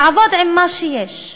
לעבוד עם מה שיש.